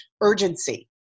urgency